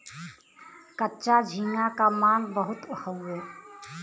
कच्चा झींगा क मांग बहुत हउवे